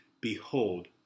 Behold